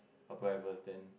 apply first then